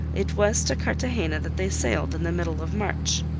it was to cartagena that they sailed in the middle of march.